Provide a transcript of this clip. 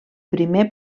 primer